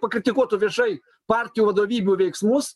pakritikuotų viešai partijų vadovybių veiksmus